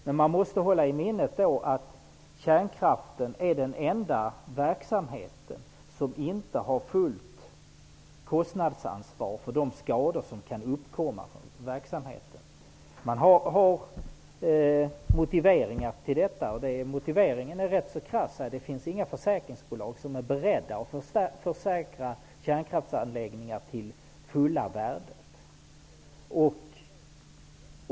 Men man måste hålla i minnet att kärnkraften är den enda verksamhet som inte har fullt kostnadsansvar för de skador som kan uppkomma av verksamheten. Man har en motivering till detta. Motiveringen är rätt krass. Det finns inga försäkringsbolag som är beredda att försäkra kärnkraftsanläggningar till fulla värdet.